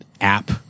app